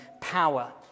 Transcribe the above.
power